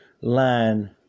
line